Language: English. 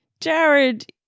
Jared